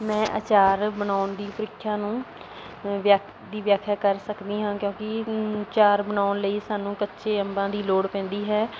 ਮੈਂ ਅਚਾਰ ਬਣਾਉਣ ਦੀ ਪ੍ਰੀਖਿਆ ਨੂੰ ਵਿਆ ਦੀ ਵਿਆਖਿਆ ਕਰ ਸਕਦੀ ਹਾਂ ਕਿਉਂਕਿ ਅਚਾਰ ਬਣਾਉਣ ਲਈ ਸਾਨੂੰ ਕੱਚੇ ਅੰਬਾਂ ਦੀ ਲੋੜ ਪੈਂਦੀ ਹੈ